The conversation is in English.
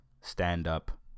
stand-up